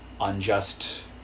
unjust